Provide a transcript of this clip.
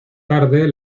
tarde